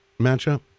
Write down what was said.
matchup